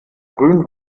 grün